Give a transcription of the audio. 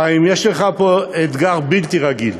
חיים, יש לך פה אתגר בלתי רגיל,